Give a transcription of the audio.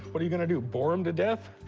what are you going to do? bore him to death?